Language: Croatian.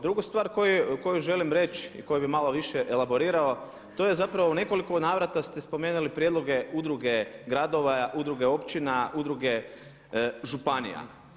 Drugu stvar koju želim reći i koju bih malo više elaborirao to je zapravo u nekoliko navrata ste spomenuli prijedloge udruge gradova, udruge općina, udruge županija.